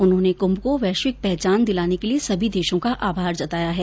उन्होंने कुम्भ को वैश्वित पहचान दिलाने के लिये सभी देशों का अभार जताया है